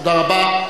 תודה רבה.